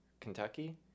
kentucky